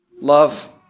Love